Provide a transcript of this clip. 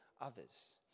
others